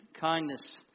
kindness